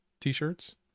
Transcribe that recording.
t-shirts